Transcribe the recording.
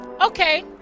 okay